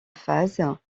phase